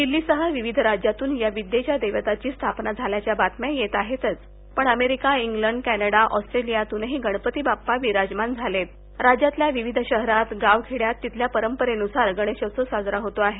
दिल्लीसह विविध राज्यांतून या विद्येच्या दैवताची स्थापना झाल्याच्या बातम्या येत आहेतच पण अमेरिका इंग्लंड क्लिडा ऑस्ट्रेलियातूनही गणपतीबाप्पा विराजमान झालेत राज्यातल्या विविध शहरात गाव खेड्यात तिथल्या परंपरेनुसार गणेशोत्सव साजरा होतो आहे